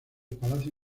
palacio